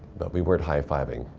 but we weren't high-fiving.